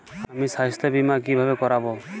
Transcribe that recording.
আমি স্বাস্থ্য বিমা কিভাবে করাব?